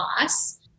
loss